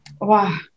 Wow